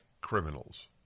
criminals